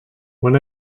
when